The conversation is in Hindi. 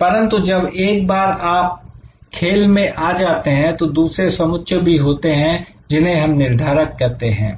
परंतु जब एक बार आप खेल में आ जाते हैं तो दूसरे समुच्चय भी होते हैं जिन्हें हम निर्धारक कहते हैं